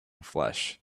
flesh